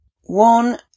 One